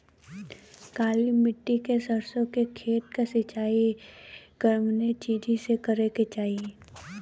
काली मिट्टी के सरसों के खेत क सिंचाई कवने चीज़से करेके चाही?